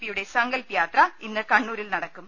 പിയുടെ സങ്കൽപ് യാത്ര ഇന്ന് കണ്ണൂരിൽ നടക്കും